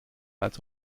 als